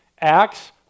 Acts